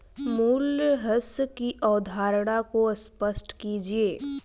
मूल्यह्रास की अवधारणा को स्पष्ट कीजिए